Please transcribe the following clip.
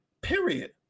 Period